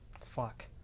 Fuck